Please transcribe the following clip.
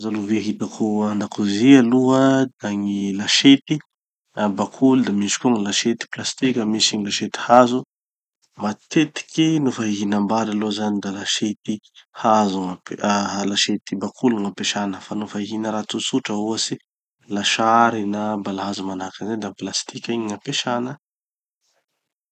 Karaza lovia hitako andakozy aloha da gny lasety bakoly, da misy koa gny lasety plastika, misy gny lasety hazo. Matetiky nofa hihinambary aloha zany da lasety hazo gn'amp- ah lasety bakoly gn'ampesana fa nofa hihina raha tsotsotra ohatsy, lasary na balahazo, manahaky anizay da gny plastiky igny gn'ampesana.